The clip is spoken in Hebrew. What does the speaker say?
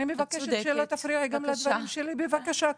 אני מבקשת שלא תפריעי גם לדברים שלי, בבקשה.